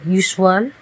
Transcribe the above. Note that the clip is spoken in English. usual